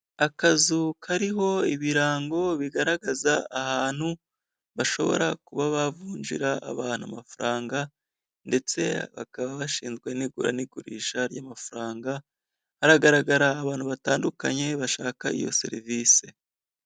Akazu kariho ibirango bigaragaza ahantu bashobora kuba bavunjira abantu amafaranga ndetse bakaba bashinzwe n'igura n'igurisha ry'amafaranga, haragaragara abantu batandukanye bashaka iyo serivisi.